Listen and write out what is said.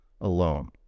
alone